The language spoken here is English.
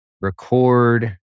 record